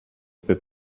peux